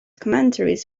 commentaries